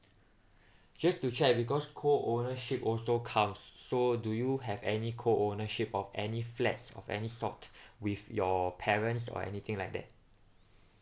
just to check because co ownership also counts so do you have any co ownership of any flats of any sort with your parents or anything like that